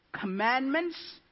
commandments